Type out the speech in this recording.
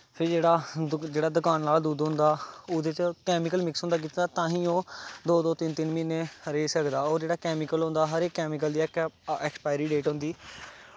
फ्ही जेह्ड़ा दु जेह्ड़ा दकाना आह्ला दुद्ध होंदा ओह्दे च कैमिकल मिक्स होंदा कीते दा तां गै ओह् दो दो तिन्न तिन्न म्हीने रेही सकदा होर जेह्ड़ा कैमिकल होंदा हर इक कैमिकल इक ऐक्सपायरी डेट होंदी